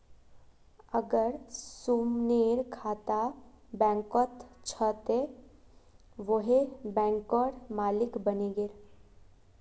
अगर सुमनेर खाता बैंकत छ त वोहों बैंकेर मालिक बने गेले